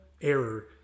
error